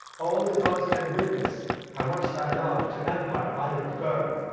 au the gods can witness how much thy love to empire i prefer!